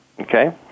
okay